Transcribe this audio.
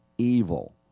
evil